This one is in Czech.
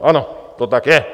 Ano, to tak je.